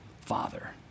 Father